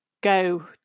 go